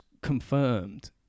confirmed